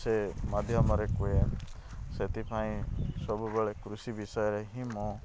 ସେ ମାଧ୍ୟମରେ କୁହେ ସେଥିପାଇଁ ସବୁବେଳେ କୃଷି ବିଷୟରେ ହିଁ ମୁଁ